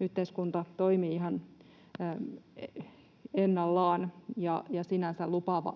yhteiskunta toimii ihan ennallaan, ja sinänsä